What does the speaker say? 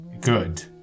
good